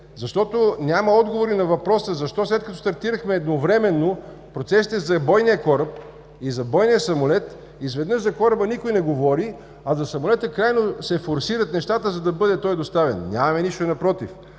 Защото няма отговор и на въпроса: защо, след като стартирахме едновременно процесите за бойния кораб и за бойния самолет, изведнъж за кораба никой не говори, а за самолета крайно се форсират нещата, за да бъде той доставен. Нямаме нищо против.